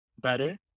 better